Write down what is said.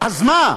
אז מה,